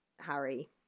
Harry